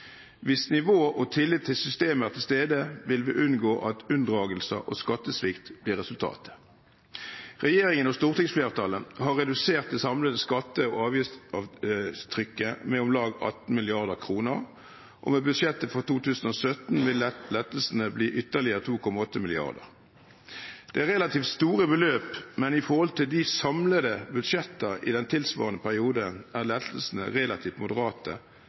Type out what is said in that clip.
Hvis nivå og tillit til systemet er til stede, vil vi unngå at unndragelser og skattesvikt blir resultatet. Regjeringen og stortingsflertallet har redusert det samlede skatte- og avgiftstrykket med om lag 18 mrd. kr. Og med budsjettet for 2017 vil lettelsene bli ytterligere 2,8 mrd. kr. Det er relativt store beløp, men i forhold til de samlede budsjettene i den tilsvarende perioden er lettelsene relativt moderate,